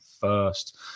first